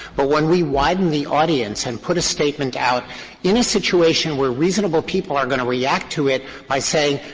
but when we widen the audience and put a statement out in a situation where reasonable people are going to react to it by saying,